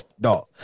dog